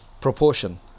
proportion